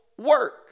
work